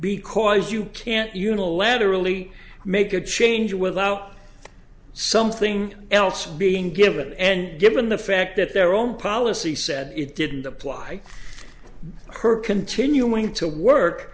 because you can't unilaterally make a change without something else being given and given the fact that their own policy said it didn't apply her continuing to work